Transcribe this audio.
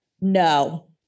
no